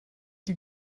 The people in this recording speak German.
die